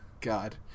God